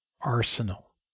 arsenal